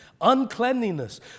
uncleanliness